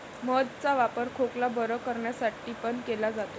मध चा वापर खोकला बरं करण्यासाठी पण केला जातो